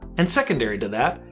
and secondary to that,